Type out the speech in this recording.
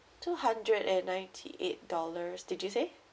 two hundred and ninety eight dollars did you say